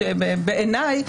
בעיניי,